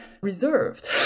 reserved